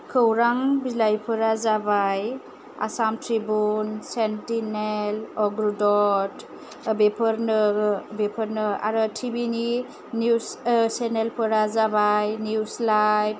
खौरां बिलाइफोरा जाबाय आसाम त्रिबुन सेन्टिनेल अग्रदत बेफोरनो बेफोरनो आरो टि भि नि निउज सेनेलफोरा जाबाय निउज लाइभ